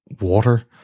water